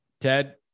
Ted